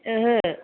ओहो